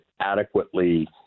adequately